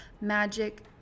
magic